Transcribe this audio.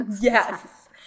Yes